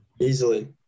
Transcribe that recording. Easily